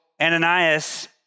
Ananias